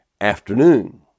afternoon